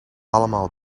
allemaal